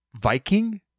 Viking